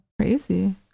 crazy